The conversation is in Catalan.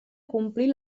complir